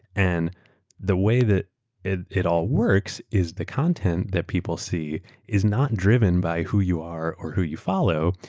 and the way that it it all works is the content that people see is not driven by who you are or who you follow,